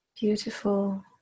beautiful